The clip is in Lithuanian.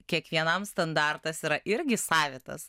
kiekvienam standartas yra irgi savitas